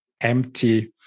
empty